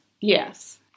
Yes